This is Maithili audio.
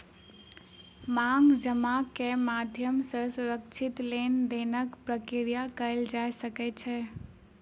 मांग जमा के माध्यम सॅ सुरक्षित लेन देनक प्रक्रिया कयल जा सकै छै